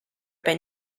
been